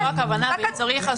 זו הכוונה ואם צריך,